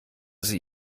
sie